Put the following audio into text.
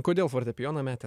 kodėl fortepijoną metė